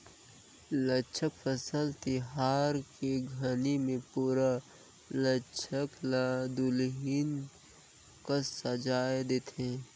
लद्दाख फसल तिहार के घरी मे पुरा लद्दाख ल दुलहिन कस सजाए देथे